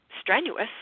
strenuous